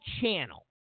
channel